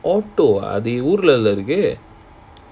auto ah அது ஊர்லல இருக்கு:adhu oorlala irukku